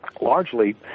largely